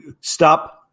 stop